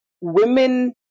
women